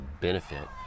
benefit